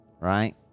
right